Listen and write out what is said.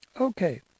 Okay